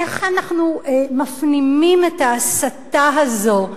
איך אנחנו מפנימים את ההסתה הזאת,